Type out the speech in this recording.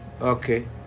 Okay